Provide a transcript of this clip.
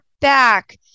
back